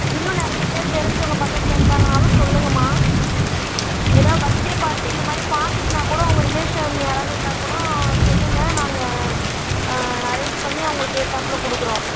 இன்னும் நிறைய பேர் தெரிஞ்சவங்க பக்கத்தில் இருந்தாங்கனாலும் சொல்லுங்கம்மா எதாவது பர்த்டே பார்ட்டி இந்தமாதிரி பார்ட்டிக்குனாக் கூட உங்க ரிலேஷனில் யாராவது இருந்தால் கூட சொல்லுங்கள் நாங்கள் அரேஞ்ச் பண்ணி அவங்களுக்கு ஏற்றாப்ல கொடுக்குறோம்